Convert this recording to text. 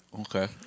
Okay